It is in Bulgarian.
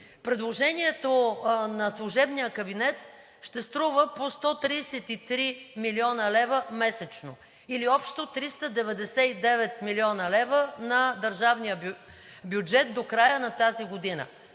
Предложението на служебния кабинет ще струва по 133 млн. лв. месечно или общо 399 млн. лв. на държавния бюджет до края на тази година.